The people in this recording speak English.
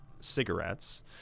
cigarettes